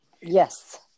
Yes